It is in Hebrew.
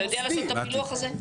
אתה יודע לעשות את הפילוח הזה?